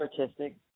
artistic